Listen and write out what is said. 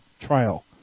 trial